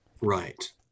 right